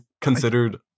considered